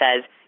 says